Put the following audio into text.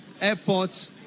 Airport